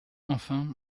enfin